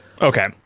Okay